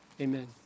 amen